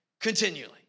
continually